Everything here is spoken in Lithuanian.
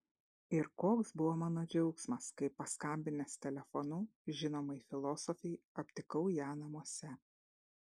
ir koks buvo mano džiaugsmas kai paskambinęs telefonu žinomai filosofei aptikau ją namuose